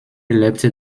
lebte